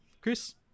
chris